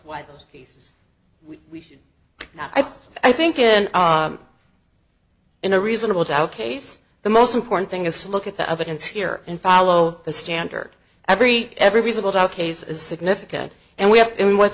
think i think in in a reasonable doubt case the most important thing is to look at the evidence here and follow the standard every every reasonable doubt case is significant and we have and what's